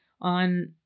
on